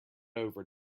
over